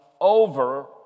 over